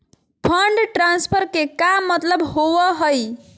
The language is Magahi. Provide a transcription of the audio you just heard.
फंड ट्रांसफर के का मतलब होव हई?